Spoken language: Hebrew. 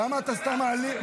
למה סתם מעליל?